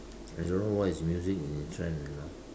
I don't know what is music and in trend you know